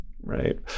Right